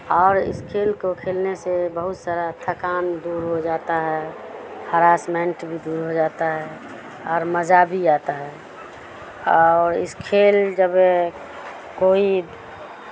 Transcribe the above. اور اس کھیل کو کھیلنے سے بہت سارا تھکان دور ہو جاتا ہے ہراسمینٹ بھی دور ہو جاتا ہے اور مزہ بھی آتا ہے اور اس کھیل جب ہے کوئی